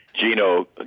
Gino